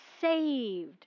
saved